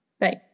right